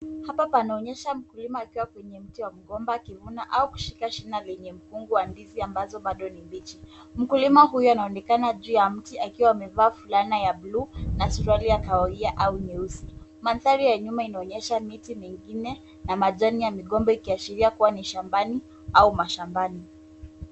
Hapa panaonyesha mkulima akiwa kwenye mti wa mgomba akivuna, ama kushika shina lenye mkungu wa ndizi ambazo bado ni mbichi. Mkulima huyo anaonekana juu ya mti, akiwa amevaa fulana ya blue na suruali ya kahawia au nyeusi. Mandhari ya nyuma inaonyesha miti mingine na majani ya migomba ikiashiria kuwa ni shambani au mashambani.